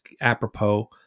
apropos